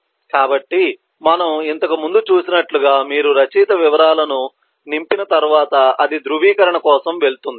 కాబట్టి మనము ఇంతకుముందు చూసినట్లుగా మీరు రచయిత వివరాలను నింపిన తర్వాత అది ధృవీకరణ కోసం వెళుతుంది